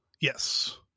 Yes